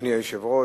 אדוני היושב-ראש,